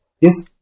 Yes